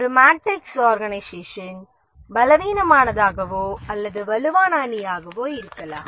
ஒரு மேட்ரிக்ஸ் ஆர்கனைசேஷனின் பலவீனமானதாகவோ அல்லது வலுவான அணியாகவோ இருக்கலாம்